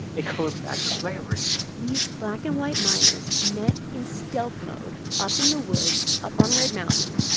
it goes back to slavery these black and white miners met in stealth mode, up in the woods, up on red mountain,